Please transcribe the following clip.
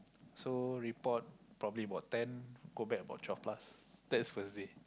so report probably about ten go back about twelve plus that is first day